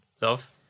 Love